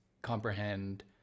comprehend